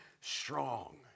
strong